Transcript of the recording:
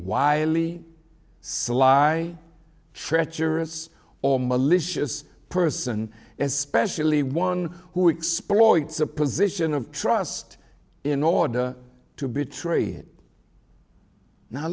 wily sly treacherous or malicious person especially one who exploits a position of trust in order to betray